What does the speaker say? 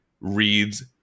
reads